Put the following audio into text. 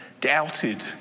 doubted